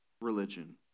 religion